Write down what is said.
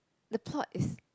the plot is